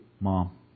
Mom